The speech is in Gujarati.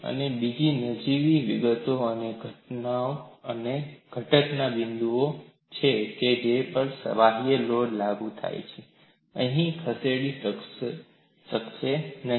અને બીજી નજીવી વિગત એ એ ઘટકના બિંદુઓ છે કે જેના પર બાહ્ય લોડ લાગુ થાય છે અથવા ખસેડી શકશે નહીં